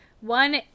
one